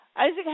Isaac